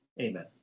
Amen